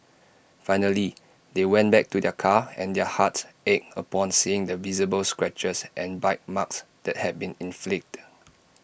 finally they went back to their car and their hearts ached upon seeing the visible scratches and bite marks that had been inflicted